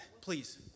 please